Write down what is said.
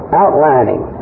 outlining